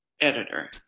editor